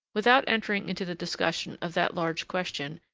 without entering into the discussion of that large question,